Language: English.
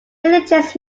religious